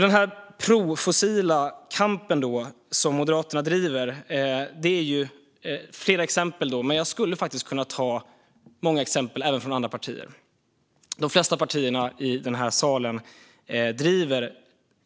Den pro-fossila kamp som Moderaterna driver finns det flera exempel på. Jag skulle även kunna ta många exempel från andra partier. De flesta partier i den här salen driver